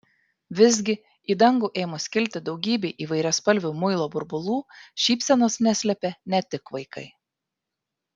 vis gi į dangų ėmus kilti daugybei įvairiaspalvių muilo burbulų šypsenos neslėpė ne tik vaikai